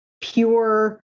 pure